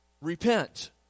Repent